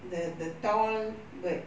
the the tall bird